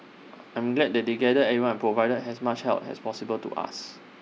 I'm glad that they gathered everyone provided as much help as possible to us